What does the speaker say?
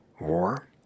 war